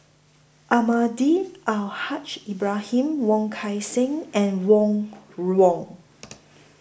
Almahdi Al Haj Ibrahim Wong Kan Seng and Ron Wong